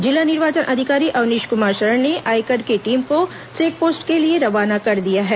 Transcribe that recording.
जिला निर्वाचन अधिकारी अवनीश कुमार शरण ने आयकर की टीम को चैक पोस्ट के लिए रवाना कर दिया है